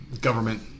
government